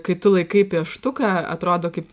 kai tu laikai pieštuką atrodo kaip